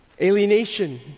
Alienation